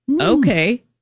okay